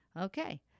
Okay